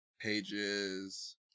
Pages